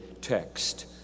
text